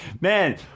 man